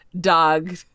dog